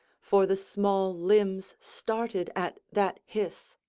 for the small limbs started at that hiss.